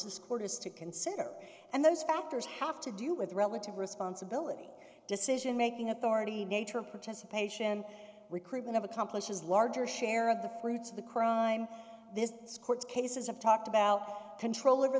has to consider and those factors have to do with relative responsibility decision making authority nature of participation recruitment of accomplishes larger share of the fruits of the crime this court cases have talked about control over